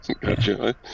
Gotcha